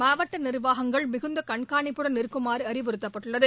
மாவட்ட நிர்வாகங்கள் மிகுந்த கண்காணிப்புடன் இருக்குமாறு அறிவுறுத்தப்பட்டுள்ளது